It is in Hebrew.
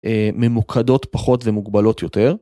ממוקדות פחות ומוגבלות יותר.